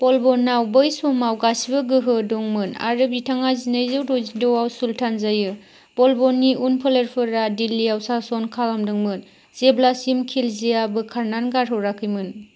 बलबननाव बै समाव गासिबो गोहो दंमोन आरो बिथाङा जि नैजौ दजि द'आव सुल्तान जायो बलबननि उनफोलेरफोरा दिल्लियाव सासन खालामदोंमोन जेब्लासिम खिलजिआ बोखारना गारहराखैमोन